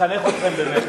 מחנך אתכם.